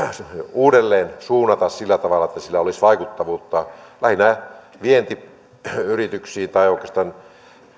uudelleen suunnata sillä tavalla että sillä olisi vaikuttavuutta lähinnä vientiyrityksiin tai oikeastaan